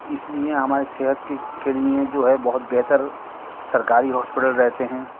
اس لیے ہمارے صحت کہ کے لیے جو ہے بہت بہتر سرکاری ہاسپٹل رہتے ہیں